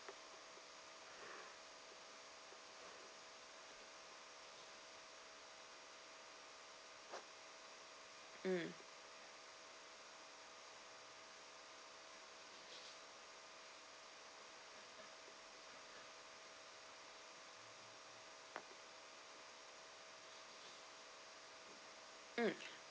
mm mm